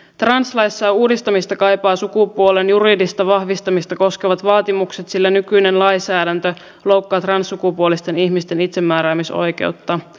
translaissa uudistamista kaipaa sukupuolen juridista vahvistamista koskevat vaatimukset sillä nykyinen lainsäädäntö loukkaa transsukupuolisten ihmisten itsemääräämisoikeutta